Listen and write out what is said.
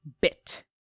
bit